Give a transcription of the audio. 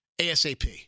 ASAP